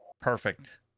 Perfect